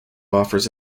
offers